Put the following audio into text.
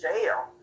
jail